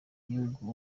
gihugu